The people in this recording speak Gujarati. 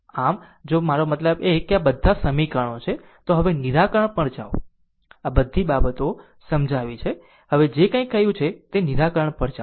આમ જો તમારો મતલબ છે કે આ બધાં સમીકરણો છે તો હવે નિરાકરણ પર જાઓ આ બધી બાબતો સમજાવી છે હવે જે કાંઈ કહ્યું તે નિરાકરણ પર જાઓ